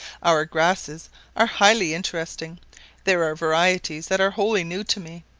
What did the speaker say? our grasses are highly interesting there are varieties that are wholly new to me,